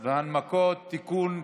(החלטות והנמקות) (תיקון,